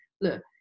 look